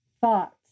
Thoughts